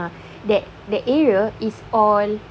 ah that that area is all